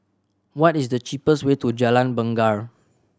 what is the cheapest way to Jalan Bungar